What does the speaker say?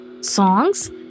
Songs